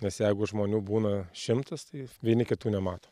nes jeigu žmonių būna šimtas tai vieni kitų nemato